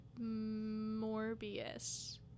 Morbius